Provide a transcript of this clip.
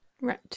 Right